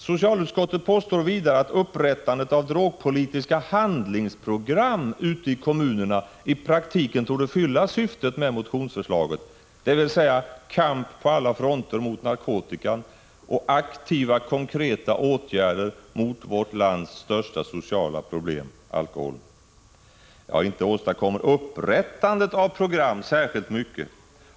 Socialutskottet påstår vidare att upprättandet av drogpolitiska handlingsprogram ute i kommunerna i praktiken torde fylla syftet med motionsförslaget, dvs. kamp på alla fronter mot narkotikan och aktiva, konkreta åtgärder mot vårt lands största sociala problem, alkoholen. Ja, inte åstadkommer upprättandet av program särskilt mycket!